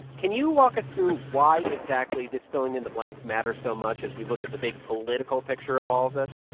can you walk us through why exactly this filling in the blanks matters so much as we look at the big political picture of all of this?